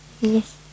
Yes